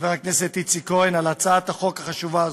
חבר הכנסת איציק כהן על הצעת החוק החשובה הזאת.